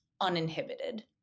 uninhibited